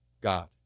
God